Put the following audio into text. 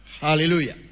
Hallelujah